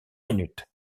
minutes